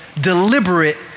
deliberate